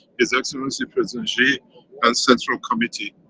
his excellency president xi and central committee.